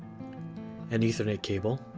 an ethernet cable